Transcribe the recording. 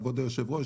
כבוד היושב-ראש,